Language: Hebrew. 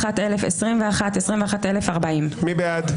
21,081 עד 21,100. מי בעד?